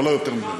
אבל לא יותר ממני.